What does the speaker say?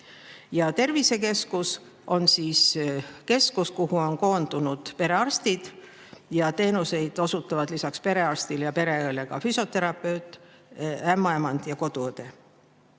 Tervisekeskus on keskus, kuhu on koondunud perearstid ning teenuseid osutavad lisaks perearstile ja pereõele ka füsioterapeut, ämmaemand ja koduõde.